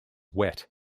wet